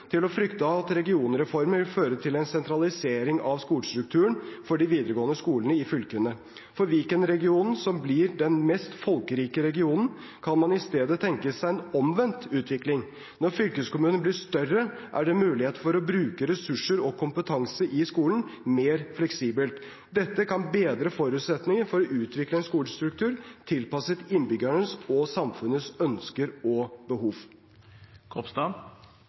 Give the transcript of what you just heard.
til å frykte at regionreformen vil føre til en sentralisering av skolestrukturen for de videregående skolene i fylkene. For Viken-regionen, som blir den mest folkerike regionen, kan man i stedet tenke seg en omvendt utvikling. Når fylkeskommunen blir større, er det mulighet for å bruke ressursene og kompetansen i skolen mer fleksibelt. Dette kan bedre forutsetningene for å utvikle en skolestruktur tilpasset innbyggernes og samfunnets ønsker og